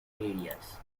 areas